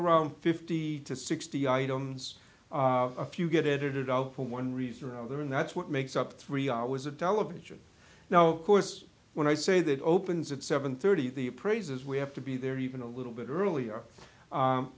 around fifty to sixty items a few get edited out for one reason or another and that's what makes up three hour was a television now course when i say that opens at seven thirty the appraiser's we have to be there even a little bit earlier